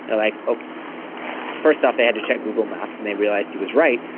ah like ah first off they had to check google maps, and they realized he was right,